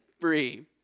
free